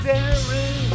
Darren